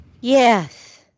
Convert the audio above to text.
Yes